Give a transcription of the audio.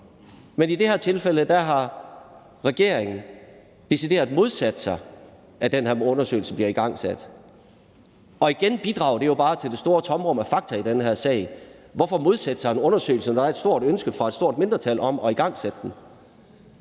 Men i det her tilfælde har regeringen decideret modsat sig, at den her undersøgelse bliver igangsat. Igen bidrager det jo bare til det store tomrum af fakta i den her sag. Hvorfor modsætte sig en undersøgelse, når der er et stort ønske fra et stort mindretal om at igangsætte den?